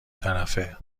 طرفه